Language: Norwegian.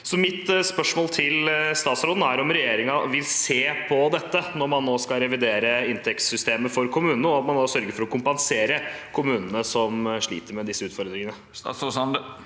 Mitt spørsmål til statsråden er om regjeringen vil se på dette når man nå skal revidere inntektssystemet for kommunene, og at man sørger for å kompensere kommunene som sliter med disse utfordringene? Statsråd Erling